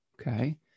Okay